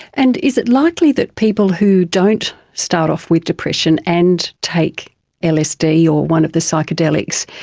and is it likely that people who don't start off with depression and take lsd or one of the psychedelics,